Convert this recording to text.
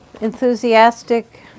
enthusiastic